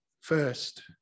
first